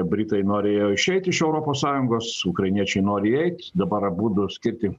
britai norėjo išeit iš europos sąjungos ukrainiečiai nori įeit dabar abudu skirti